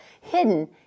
hidden